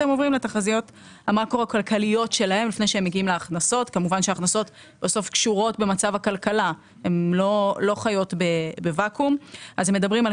כמובן שאת מדברת על